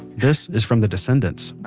this is from the descendants